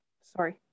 Sorry